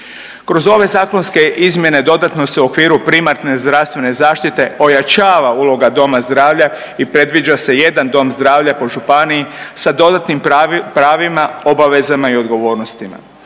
Kroz ove zakonske izmjene dodatno se u okviru primarne zdravstvene zaštite ojačava uloga doma zdravlja i predviđa se jedan dom zdravlja po županiji sa dodatnim pravima, obavezama i odgovornostima.